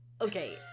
okay